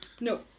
No